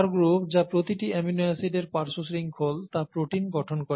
R group যা প্রতিটি amino অ্যাসিডের পার্শ্ব শৃংখল তা প্রোটিন গঠন করে